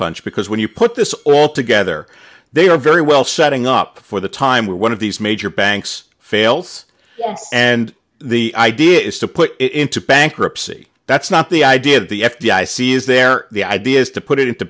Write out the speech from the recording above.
punch because when you put this all together they are very well setting up for the time when one of these major banks fails and the idea is to put it into bankruptcy that's not the idea of the f d i c is there the idea is to put it into